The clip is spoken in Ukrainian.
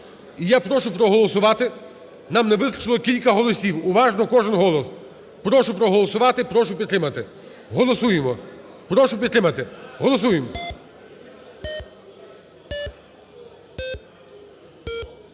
я прошу проголосувати, нам не вистачило кілька голосів. Уважно! Кожен голос. Прошу проголосувати. Прошу підтримати. Голосуємо. Прошу підтримати. Голосуємо.